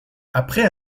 après